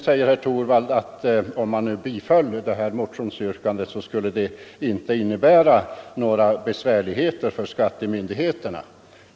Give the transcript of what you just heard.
Herr Torwald säger att ett bifall till motionsyrkandet inte skulle innebära några besvärligheter för skattemyndigheterna.